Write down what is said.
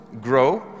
grow